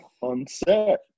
Onset